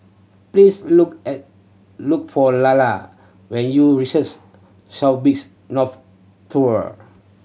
please look at look for Lalla when you reaches South Beach North Tower